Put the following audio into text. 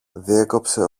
διέκοψε